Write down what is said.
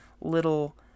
little